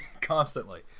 Constantly